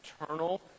eternal